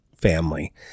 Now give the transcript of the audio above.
family